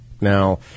Now